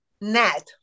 net